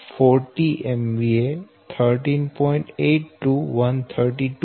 10 pu T2 40 MVA 13